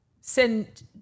send